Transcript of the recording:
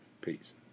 Peace